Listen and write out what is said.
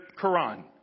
Quran